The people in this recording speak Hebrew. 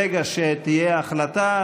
ברגע שתהיה החלטה,